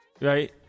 right